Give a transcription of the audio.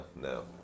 no